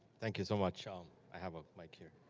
thank you so much. um i have a mic here.